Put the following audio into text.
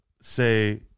say